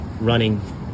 running